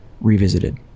Revisited